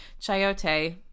chayote